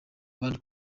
abandi